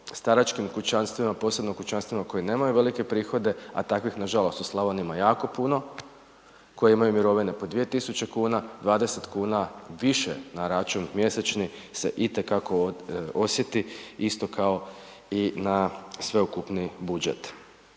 staračkim kućanstvima, posebno kućanstvima koja nemaju velike prihode a takvih nažalost u Slavoniji ima jako puno koji imaju mirovine po 2000 kuna, 20 kuna više na račun mjesečni se itekako osjeti isto kao i na sveukupni budžet.